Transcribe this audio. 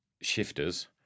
shifters